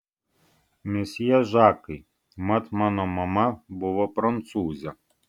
mesjė žakai mat mano mama buvo prancūzė